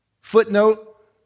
footnote